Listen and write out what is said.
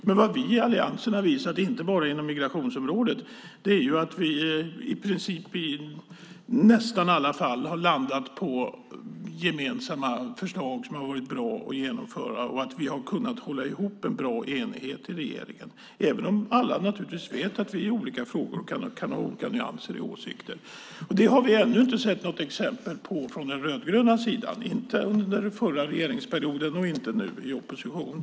Det vi i Alliansen har visat, inte bara på migrationsområdet, är att vi i nästan alla fall har landat på gemensamma förslag som har varit bra att genomföra. Vi har kunnat hålla ihop en bra enighet i regeringen även om alla naturligtvis vet att det kan finnas olika nyanser när det gäller våra åsikter i olika frågor. Det har vi ännu inte sett något exempel på från den rödgröna sidan, inte under den förra regeringsperioden och inte nu i opposition.